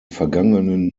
vergangenen